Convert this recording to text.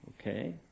Okay